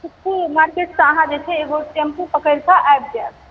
Sukhpur market सॅं एगो अहाँ टेम्पू पकरि कऽ आबि जायब